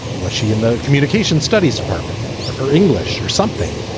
was she in the communication studies department or english or something?